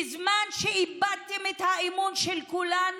בזמן שאיבדתם את האמון של כולנו,